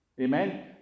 Amen